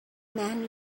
man